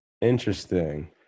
Interesting